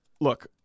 Look